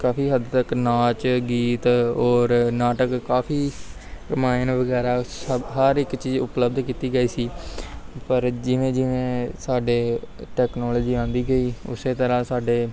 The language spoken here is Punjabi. ਕਾਫੀ ਹੱਦ ਤੱਕ ਨਾਚ ਗੀਤ ਔਰ ਨਾਟਕ ਕਾਫੀ ਰਮਾਇਣ ਵਗੈਰਾ ਸਭ ਹਰ ਇੱਕ ਚੀਜ਼ ਉਪਲਬਧ ਕੀਤੀ ਗਈ ਸੀ ਪਰ ਜਿਵੇਂ ਜਿਵੇਂ ਸਾਡੇ ਟੈਕਨੋਲਜੀ ਆਉਂਦੀ ਗਈ ਉਸੇ ਤਰ੍ਹਾਂ ਸਾਡੇ